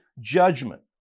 judgment